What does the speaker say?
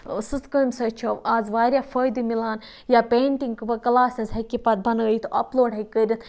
سٕژٕ کٲم سۭتۍ چھِ آز واریاہ فٲیدٕ مِلان یا پینٛٹِنٛگ کٕلاسٕز ہیٚکہِ یہِ پَتہٕ بَنٲوِتھ اَپلوڈ ہیٚکہِ کٔرِتھ